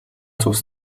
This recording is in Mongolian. цус